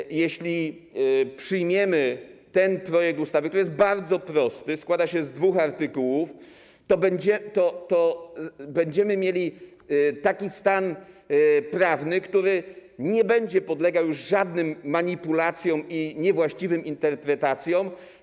Myślę, że jeśli przyjmiemy ten projekt ustawy, który jest bardzo prosty, składa się z dwóch artykułów, będziemy mieli taki stan prawny, który nie będzie podlegał już żadnym manipulacjom i niewłaściwym interpretacjom.